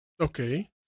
Okay